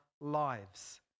lives